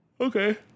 Okay